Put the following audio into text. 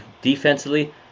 defensively